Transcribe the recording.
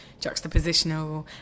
juxtapositional